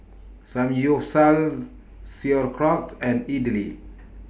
Samgyeopsal Sauerkraut and Idili